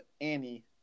Annie